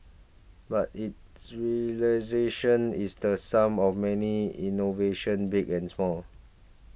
but its realisation is the sum of many innovations big and small